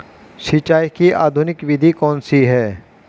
सिंचाई की आधुनिक विधि कौन सी है?